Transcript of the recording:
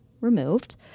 removed